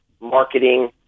marketing